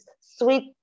sweet